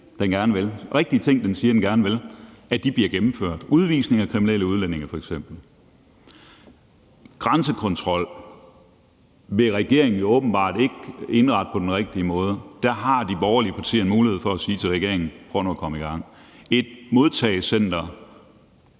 den gerne vil, bliver gennemført, f.eks. udvisning af kriminelle udlændinge. Grænsekontrol vil regeringen jo åbenbart ikke indrette på den rigtige måde. Der har de borgerlige partier en mulighed for at sige til regeringen: Prøv nu at komme i gang. Et modtagecenter